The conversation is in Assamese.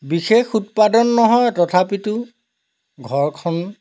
বিশেষ উৎপাদন নহয় তথাপিতো ঘৰখন